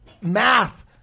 math